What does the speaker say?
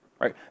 right